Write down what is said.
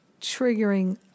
triggering